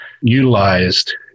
utilized